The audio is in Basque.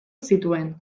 zituen